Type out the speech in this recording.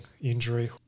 injury